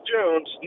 Jones